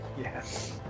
Yes